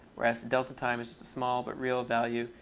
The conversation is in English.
whereas delta time is just a small, but real, value,